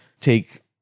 take